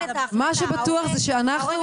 מה שבטוח זה שאנחנו,